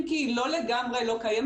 אם כי היא לא לגמרי לא קיימת,